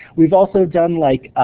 we've also done like,